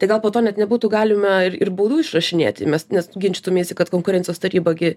tai gal po to net nebūtų galima ir ir baudų išrašinėti mes nes ginčytumeisi kad konkurencijos taryba gi